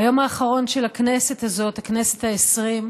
ביום האחרון של הכנסת הזאת, הכנסת העשרים,